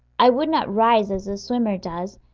i would not rise as a swimmer does.